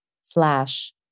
slash